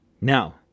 Now